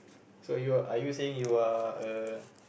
so you are you saying you are a